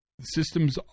Systems